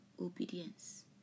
Obedience